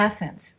essence